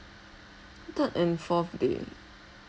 third and fourth day